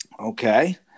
Okay